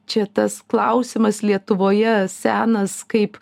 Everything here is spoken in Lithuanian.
čia tas klausimas lietuvoje senas kaip